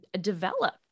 develop